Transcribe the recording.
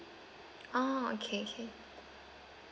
orh okay okay